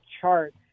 chart